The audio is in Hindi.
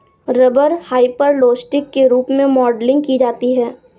रबर हाइपरलोस्टिक के रूप में मॉडलिंग की जाती है